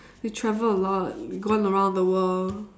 you travel a lot gone around the world